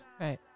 Right